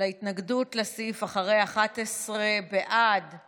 טיבי, מנסור עבאס, עאידה